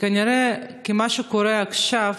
כנראה שמה שקורה עכשיו,